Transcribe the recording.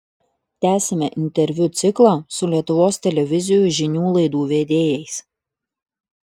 tęsiame interviu ciklą su lietuvos televizijų žinių laidų vedėjais